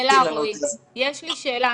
יש לי שאלה,